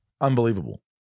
unbelievable